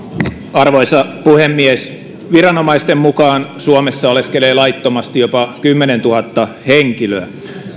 arvoisa puhemies viranomaisten mukaan suomessa oleskelee laittomasti jopa kymmenentuhatta henkilöä